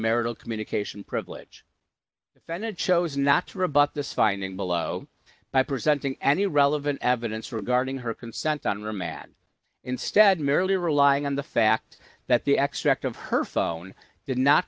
marital communication privilege defendant chose not to rebut this finding below by presenting any relevant evidence regarding her consent on remand instead merely relying on the fact that the extract of her phone did not